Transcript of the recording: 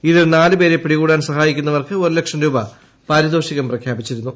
ഇതിൽ നാല് പേരെ പിടികൂടാൻ സഹായിക്കുന്നവർക്ക് ഒരു ലക്ഷം രൂപ പാരിതോഷികം പ്രഖ്യാപിച്ചിരുന്നു